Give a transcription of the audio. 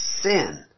sin